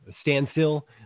standstill